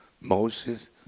Moses